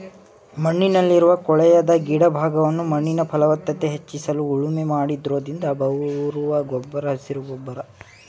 ಮಣ್ಣಲ್ಲಿರುವ ಕೊಳೆಯದ ಗಿಡ ಭಾಗವನ್ನು ಮಣ್ಣಿನ ಫಲವತ್ತತೆ ಹೆಚ್ಚಿಸಲು ಉಳುಮೆ ಮಾಡೋದ್ರಿಂದ ಬರುವ ಗೊಬ್ಬರ ಹಸಿರು ಗೊಬ್ಬರ